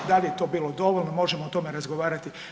Da li je to bilo dovoljno možemo o tome razgovarati.